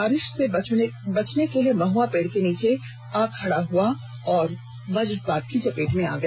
बारिश से बचने के लिए वह महुआ पेड़ के नीचे जा खड़ा हुआ और वजपात की चपेट में आ गया